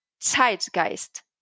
zeitgeist